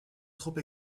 trop